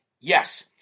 Yes